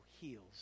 heals